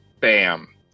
Bam